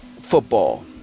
football